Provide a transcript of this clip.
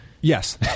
yes